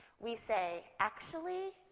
we say, actually,